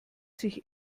sich